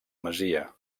masia